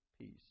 peace